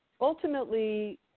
Ultimately